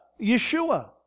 Yeshua